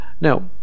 now